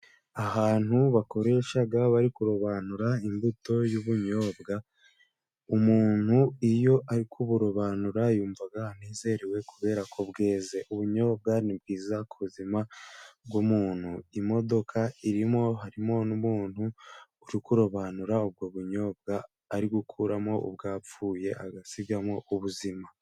Ahantu bakoresha bari kurobanura imbuto y'ubunyobwa, umuntu iyo ari kuburobanura yumva anezerewe kubera ko bweze. Ubunyobwa ni bwiza ku buzima bw'umuntu, imodoka irimo harimo n'umuntu uri kurobanura ubwo bunyobwa ari gukuramo bwapfuye agasigamo ubuzima.